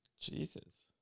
Jesus